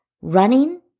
Running